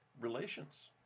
relations